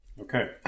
Okay